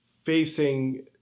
facing